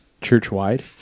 church-wide